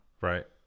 Right